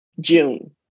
June